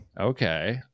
Okay